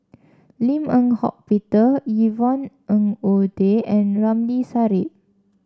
Lim Eng Hock Peter Yvonne Ng Uhde and Ramli Sarip